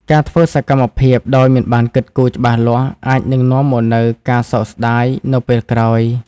ការធ្វើសកម្មភាពដោយមិនបានគិតគូរច្បាស់លាស់ អាចនឹងនាំមកនូវការសោកស្តាយនៅពេលក្រោយ។